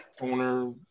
owner